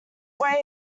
wave